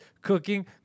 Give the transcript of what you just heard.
cooking